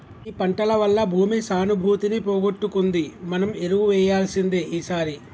ఈ పంటల వల్ల భూమి సానుభూతిని పోగొట్టుకుంది మనం ఎరువు వేయాల్సిందే ఈసారి